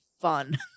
fun